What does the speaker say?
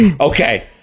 Okay